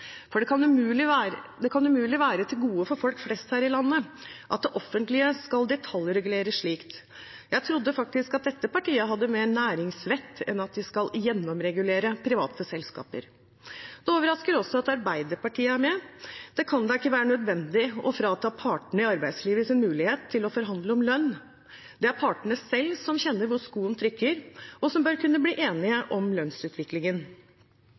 For det kan umulig være et gode for folk flest her i landet at det offentlige skal detaljregulere slikt. Jeg trodde faktisk at dette partiet hadde mer næringsvett enn at de vil gjennomregulere private selskaper. Det overrasker også at Arbeiderpartiet er med. Det kan da ikke være nødvendig å frata partene i arbeidslivet deres mulighet til å forhandle om lønn. Det er partene selv som kjenner hvor skoen trykker, og som bør kunne bli enige om lønnsutviklingen.